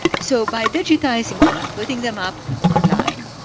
so by digitizing them and putting them up online,